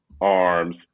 arms